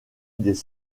des